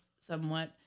somewhat